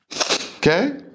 Okay